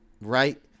right